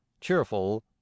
cheerful